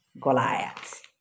Goliath